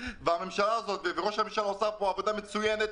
עבודה מצוינת,